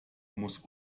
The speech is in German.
muss